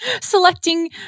selecting